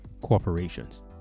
corporations